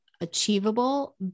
achievable